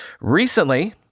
Recently